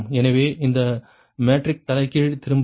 எனவே எந்த மெட்ரிக் தலைகீழ் திரும்பும்